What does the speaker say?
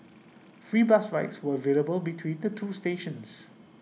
free bus rides were available between the two stations